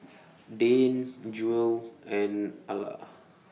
Dane Jewel and Alla